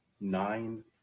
nine